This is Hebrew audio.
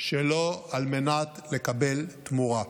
שלא על מנת לקבל תמורה.